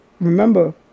remember